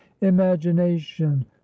imagination